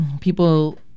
people